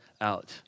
out